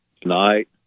tonight